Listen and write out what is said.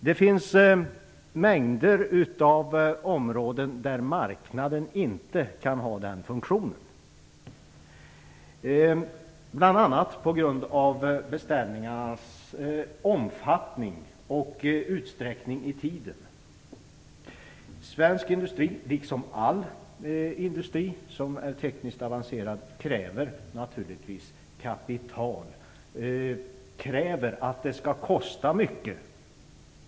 Det finns mängder av områden där marknaden inte kan ha den funktionen, bl.a. på grund av beställningarnas omfattning och utsträckning i tiden. Svensk industri, liksom all industri som är tekniskt avancerad, kräver naturligtvis kapital, kräver att det skall kosta mycket.